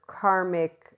karmic